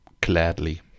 gladly